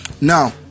Now